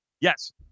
Yes